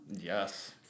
Yes